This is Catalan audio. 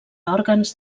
òrgans